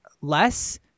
less